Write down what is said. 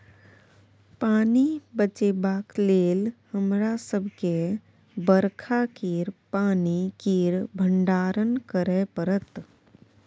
पानि बचेबाक लेल हमरा सबके बरखा केर पानि केर भंडारण करय परत